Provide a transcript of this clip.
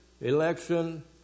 Election